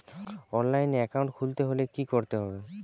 অনলাইনে একাউন্ট খুলতে হলে কি করতে হবে?